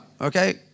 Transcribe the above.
Okay